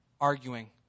arguing